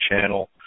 channel